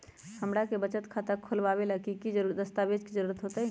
हमरा के बचत खाता खोलबाबे ला की की दस्तावेज के जरूरत होतई?